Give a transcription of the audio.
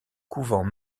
couvent